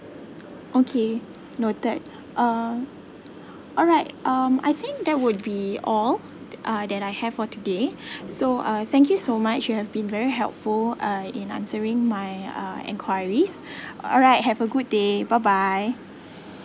okay noted uh alright um I think that would be all uh that I have for today so uh thank you so much you have been very helpful uh in answering my uh enquiries alright have a good day bye bye